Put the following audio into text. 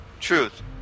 Truth